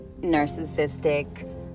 narcissistic